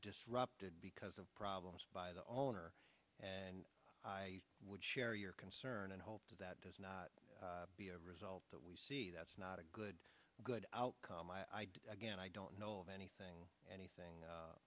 disrupted because of problems by the owner and i would share your concern and hope that that does not be a result that we see that's not a good good outcome i again i don't know of anything anything